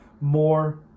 more